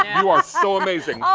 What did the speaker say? you are so amazing,